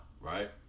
right